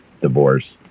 Divorce